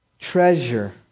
treasure